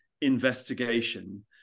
investigation